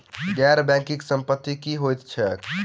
गैर बैंकिंग संपति की होइत छैक?